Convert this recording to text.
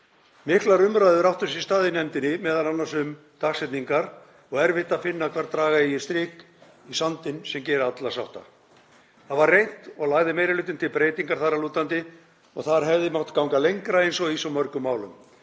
Miklar umræður áttu sér stað í nefndinni, m.a. um dagsetningar, og erfitt að finna hvar draga ætti strik í sandinn sem gerði alla sátta. Það var reynt og lagði meiri hlutinn til breytingar þar að lútandi og þar hefði mátt ganga lengra eins og í svo mörgum málum.